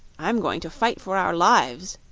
i'm going to fight for our lives,